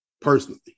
personally